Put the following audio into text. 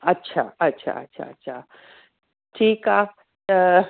अच्छा अच्छा अच्छा अच्छा ठीकु आहे त